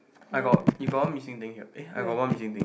I got you got one missing thing here eh I got one missing thing